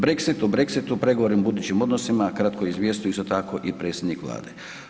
Brexit, o Brexitu pregovorima o budućim odnosima kratko je izvijestio isto tako i predsjednik Vlade.